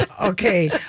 Okay